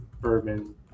bourbon